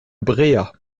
bréhat